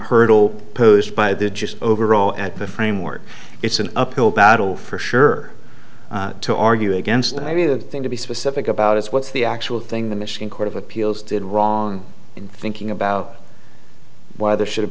hurdle posed by the just overall at the framework it's an uphill battle for sure to argue against the idea of thing to be specific about is what's the actual thing the machine court of appeals did wrong in thinking about why there should have